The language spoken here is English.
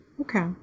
Okay